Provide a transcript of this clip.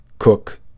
cook